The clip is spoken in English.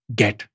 get